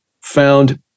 found